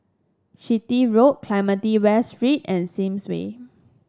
Chitty Road Clementi West Street and Sims Way